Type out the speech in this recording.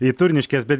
į turniškes bet